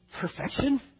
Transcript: perfection